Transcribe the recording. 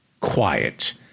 quiet